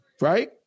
right